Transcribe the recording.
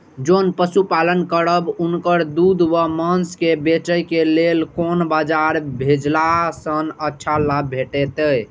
जोन पशु पालन करब उनकर दूध व माँस के बेचे के लेल कोन बाजार भेजला सँ अच्छा लाभ भेटैत?